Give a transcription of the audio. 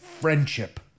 friendship